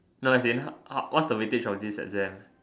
no as in how how what's the weightage of this exam